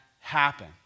happen